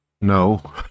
No